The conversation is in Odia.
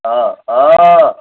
ହଅ ହଅ